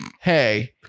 hey